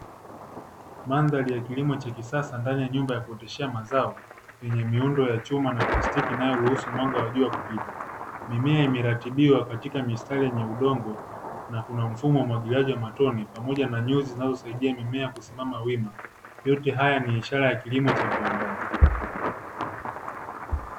Mandhari ya kilimo cha kisasa ndani ya nyumba ya kuoteshea mazao vyenye miundo ya chuma na plastiki inayoruhusu mwanga wajua kupita, mimea imeratibiwa katika mistari yenye udongo na kuna mfumo wa umwagiliaji wa matone pamoja na nyuzi zinazosaidia mimea kusimama wima yote haya ni ishara ya kilimo cha viwandani.